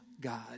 God